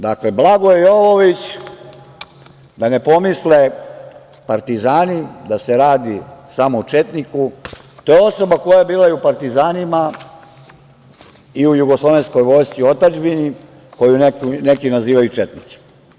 Dakle, Blagoje Jovović, da ne pomisle partizani da se radi samo o četniku, to je osoba koja je bila i u partizanima i u Jugoslovenskoj vojsci otadžbine koju neki nazivaju četnicima.